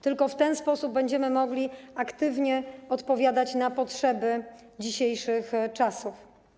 Tylko w ten sposób będziemy mogli aktywnie odpowiadać na potrzeby dzisiejszych czasów.